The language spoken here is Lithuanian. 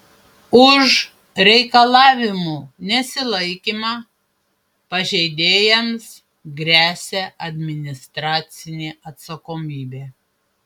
už reikalavimų nesilaikymą pažeidėjams gresia administracinė atsakomybė